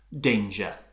danger